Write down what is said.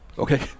okay